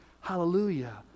Hallelujah